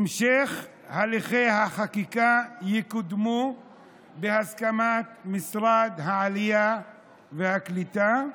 המשך הליכי החקיקה יקודמו בהסכמת משרד העלייה והקליטה,